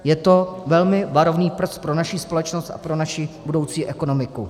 Je to velmi varovný prst pro naši společnost a pro naši budoucí ekonomiku.